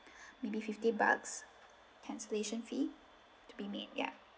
maybe fifty bucks cancellation fee to be made ya